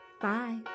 Bye